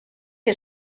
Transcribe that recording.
que